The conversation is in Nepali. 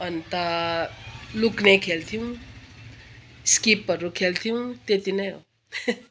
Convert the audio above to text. अन्त लुक्ने खेल्थ्यौँ स्किपहरू खेल्थ्यौँ त्यति नै हो